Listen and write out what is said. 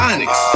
Onyx